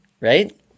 right